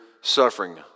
suffering